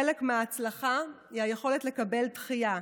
חלק מההצלחה הוא היכולת לקבל דחייה,